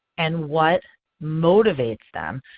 and what motivates them?